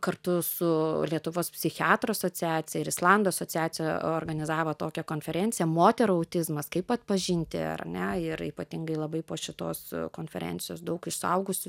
kartu su lietuvos psichiatrų asociacija ir islandų asociacija organizavo tokią konferenciją moterų autizmas kaip atpažinti ar ne ir ypatingai labai po šitos konferencijos daug iš suaugusių